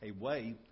away